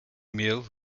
meal